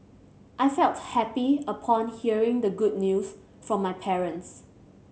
I felt happy upon hearing the good news from my parents